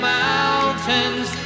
mountains